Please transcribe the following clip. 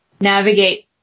navigate